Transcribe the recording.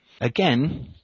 Again